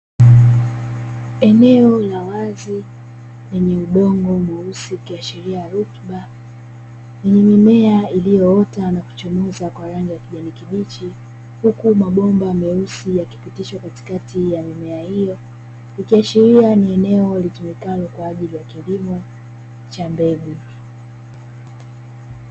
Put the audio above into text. Eneo la wazi lenye udongo mweusi ikiashiria rutuba, lenye mimea iliyoota na kuchomoza kwa rangi ya kijani kibichi, huku mabomba meusi yakipitishwa katikati ya mimea hiyo, ikiashiria ni eneo litumikalo kwa kilimo cha mbegu.